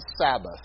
Sabbath